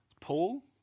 Paul